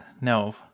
no